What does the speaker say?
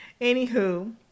anywho